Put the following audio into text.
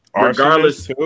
regardless